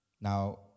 Now